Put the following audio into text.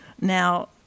Now